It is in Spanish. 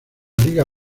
liga